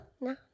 no